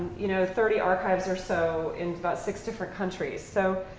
you know, thirty archives or so in about six different countries. so